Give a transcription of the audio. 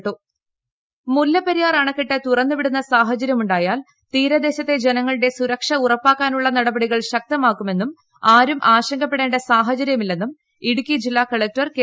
ട്ടടടടടടടടടടടടട മുല്ലപ്പെരിയാർ മുല്ലപ്പെരിയാർ അണക്കെട്ട് തുറന്നുവിടുന്ന സാഹചര്യമുണ്ടായാൽ തീരദേശത്തെ ജനങ്ങളുടെ സുരക്ഷ ഉറപ്പാക്കാനുള്ള നടപടികൾ ശക്തമാക്കുമെന്നും ആരും ആശങ്കപ്പെടേണ്ട സാഹചര്യമില്ലെന്നും ഇടുക്കി ജില്ലാ കളക്ടർ കെ